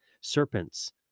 Serpents